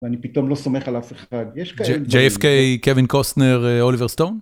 ואני פתאום לא סומך על אף אחד, יש כאלה... JFK, קווין קוסטנר, אוליבר סטון?